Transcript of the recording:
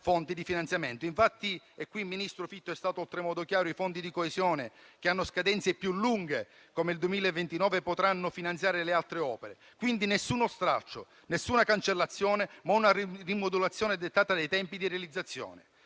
Infatti - e qui il ministro Fitto è stato oltremodo chiaro - i fondi di coesione che hanno scadenze più lunghe, come il 2029, potranno finanziare le altre opere; quindi nessuno stralcio, nessuna cancellazione, ma una rimodulazione dettata dai tempi di realizzazione.